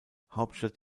hauptstadt